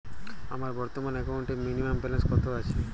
আমার বর্তমান একাউন্টে মিনিমাম ব্যালেন্স কত আছে?